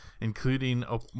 including